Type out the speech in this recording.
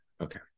okay